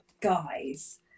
guys